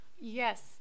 Yes